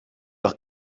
doch